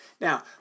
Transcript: Now